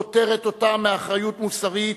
פוטרת אותם מאחריות מוסרית,